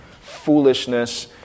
foolishness